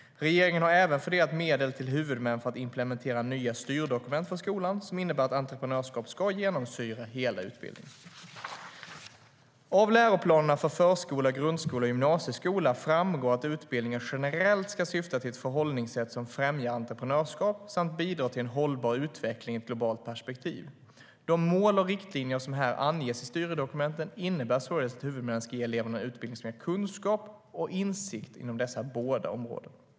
Regeringen har även fördelat medel till huvudmän för att implementera nya styrdokument för skolan som innebär att entreprenörskap ska genomsyra hela utbildningen. Av läroplanerna för förskola, grundskola och gymnasieskola framgår att utbildningen generellt ska syfta till ett förhållningssätt som främjar entreprenörskap samt bidrar till en hållbar utveckling i ett globalt perspektiv. De mål och riktlinjer som anges i styrdokumenten innebär således att huvudmännen ska ge eleverna en utbildning som ger kunskap och insikt inom dessa båda områden.